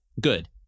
good